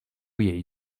jej